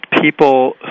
people